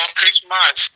Christmas